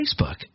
Facebook